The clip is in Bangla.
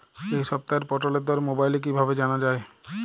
এই সপ্তাহের পটলের দর মোবাইলে কিভাবে জানা যায়?